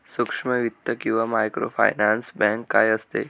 सूक्ष्म वित्त किंवा मायक्रोफायनान्स बँक काय असते?